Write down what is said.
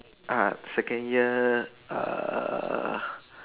ah second year err